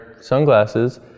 sunglasses